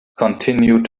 continued